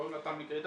קוראים לה תמי ---,